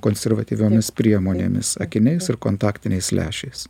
konservatyviomis priemonėmis akiniais ir kontaktiniais lęšiais